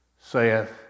saith